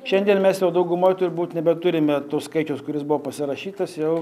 šiandien mes jau daugumoj turbūt nebeturime to skaičiaus kuris buvo pasirašytas jau